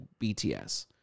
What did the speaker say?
BTS